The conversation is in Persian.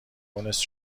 مونس